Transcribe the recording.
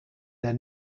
their